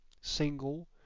single